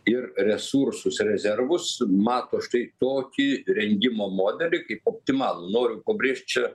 ir resursus rezervus mato štai tokį rengimo modelį kaip optimalų noriu pabrėžt čia